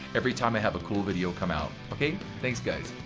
every time i have a cool video come out. okay thanks guys.